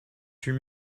huit